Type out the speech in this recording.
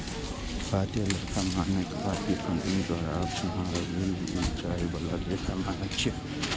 भारतीय लेखा मानक भारतीय कंपनी द्वारा अपनाओल जाए बला लेखा मानक छियै